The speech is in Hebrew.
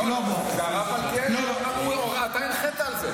לא, זה הרב מלכיאלי, אתה הנחית על זה.